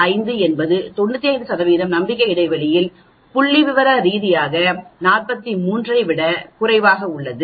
5 என்பது 95 நம்பிக்கை இடைவெளியில் புள்ளிவிவர ரீதியாக 43 ஐ விடக் குறைவாக உள்ளது